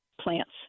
plants